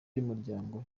y’umuryango